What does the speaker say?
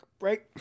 right